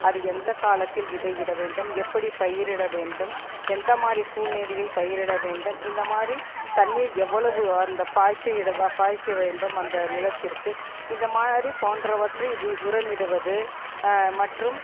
அது எந்த காலத்தில் விதை இட வேண்டும் எப்படி பயிரிட வேண்டும் எந்த மாதிரி சூழ்நிலையில் பயிரிட வேண்டும் இந்த மாதிரி தண்ணீர் எவ்வளவு அந்த பாய்ச்சி இட பாய்ச்ச வேண்டும் அந்த நிலத்திற்கு இந்த மாதிரி போன்றவற்றை உரமிடுவது மற்றும்